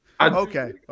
Okay